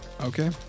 Okay